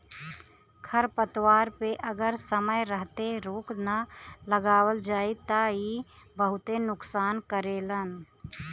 खरपतवार पे अगर समय रहते रोक ना लगावल जाई त इ बहुते नुकसान करेलन